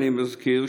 אני מזכיר,